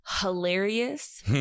hilarious